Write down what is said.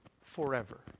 forever